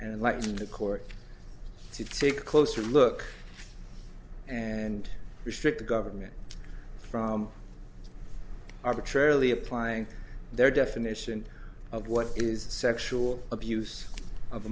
let the court to take a closer look and restrict the government from arbitrarily applying their definition of what is sexual abuse of a